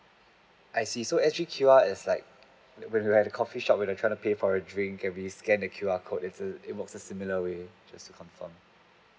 I see so S_G_Q_R is like when we are at the coffee shop and when we kind of pay for a drink we scan the Q_R code it works in a similar way just to confirm